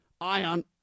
ion